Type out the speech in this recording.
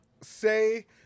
say